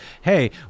hey